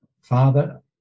Father